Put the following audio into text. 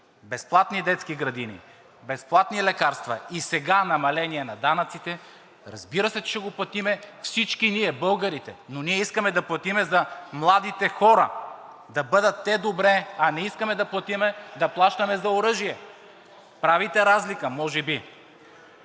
безплатни детски градини, безплатни лекарства и сега намаление на данъците, разбира се, че ще ги платим всички ние, българите. Но ние искаме да платим за младите хора, да бъдат те добре, а не искаме да плащаме за оръжие! Правите разлика може би?!